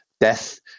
Death